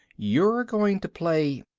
you're going to play?